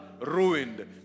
ruined